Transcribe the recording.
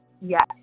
Yes